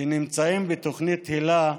שנמצאים בתוכנית היל"ה